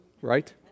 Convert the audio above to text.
right